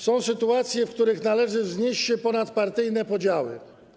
Są sytuacje, w których należy wznieść się ponad partyjne podziały.